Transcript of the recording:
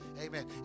Amen